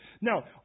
now